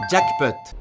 Jackpot